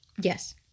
Yes